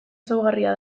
ezaugarria